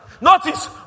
Notice